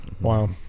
wow